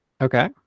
Okay